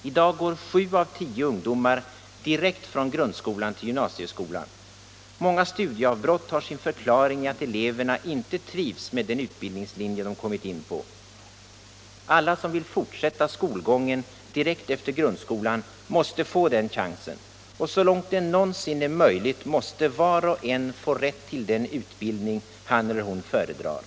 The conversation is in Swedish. I dag går sju av tio ungdomar direkt från grundskolan till gymnasieskolan. Många studieavbrott har sin förklaring i att eleverna inte trivs med den utbildningslinje de kommit in på. Alla som vill fortsätta skolgången direkt efter grundskolan måste få den chansen, och så långt det någonsin är möjligt måste var och en få rätt till den utbildning han eller hon föredrar.